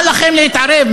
מה לכם להתערב?